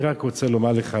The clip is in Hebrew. אני רק רוצה לומר לך,